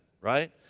right